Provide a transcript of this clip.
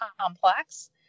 complex